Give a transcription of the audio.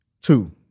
two